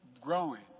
growing